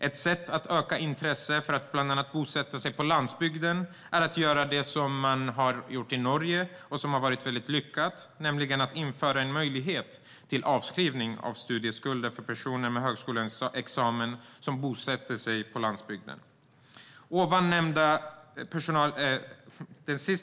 Ett sätt att öka intresset för att bosätta sig på landsbygden är att göra som man har gjort i Norge och som har varit väldigt lyckat, nämligen införa en möjlighet till avskrivning av studieskulder för personer med högskoleexamen som bosätter sig på landsbygden.